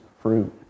fruit